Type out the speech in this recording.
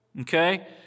Okay